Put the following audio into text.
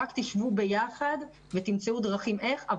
רק תשבו ביחד ותמצאו דרכים איך לעשות את זה.